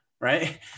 right